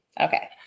Okay